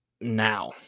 now